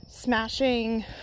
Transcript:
smashing